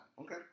Okay